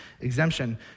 exemption